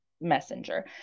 messenger